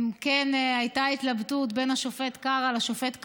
כן הייתה התלבטות בין השופט קרא לשופט כבוב,